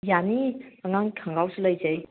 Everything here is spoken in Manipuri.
ꯌꯥꯅꯤ ꯑꯉꯥꯡ ꯈꯪꯒꯥꯎꯁꯨ ꯂꯩꯖꯩ